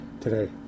today